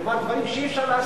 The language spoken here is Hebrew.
כלומר דברים שאי-אפשר להסתיר.